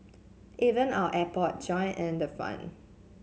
even our airport joined in the fun